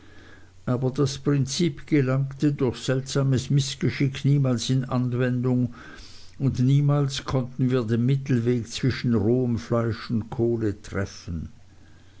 aber das prinzip gelangte durch seltsames mißgeschick niemals in anwendung und niemals konnten wir den mittelweg zwischen rohem fleisch und kohle treffen